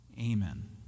Amen